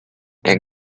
and